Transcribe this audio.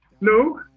no